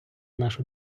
нашу